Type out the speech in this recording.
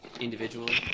individually